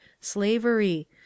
slavery